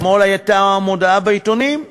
אתמול הייתה מודעה בעיתונים,